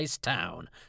town